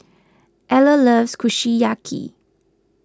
Eller loves Kushiyaki